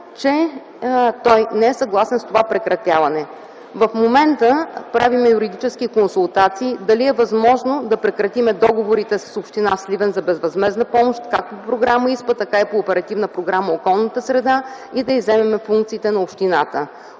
че той не е съгласен с това прекратяване. В момента правим юридически консултации дали е възможно да прекратим договорите с община Сливен за безвъзмездна помощ както по Програма ИСПА, така и по Оперативна програма „Околна среда” и да изземем функциите на общината.